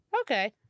Okay